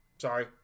Sorry